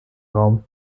raum